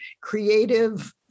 creative